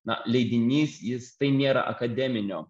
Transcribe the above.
na leidinys jis tai nėra akademinio